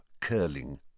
curling